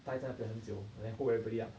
呆在那边很久 and then hold everybody up